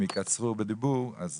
אם יקצרו בדיבור, אז